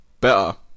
better